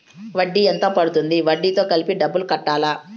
వడ్డీ ఎంత పడ్తుంది? వడ్డీ తో కలిపి డబ్బులు కట్టాలా?